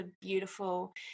beautiful